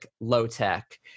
low-tech